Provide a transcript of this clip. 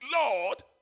Lord